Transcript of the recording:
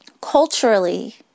Culturally